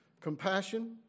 compassion